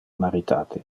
maritate